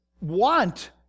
want